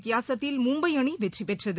வித்தியாசத்தில் மும்பை அணிவெற்றிபெற்றது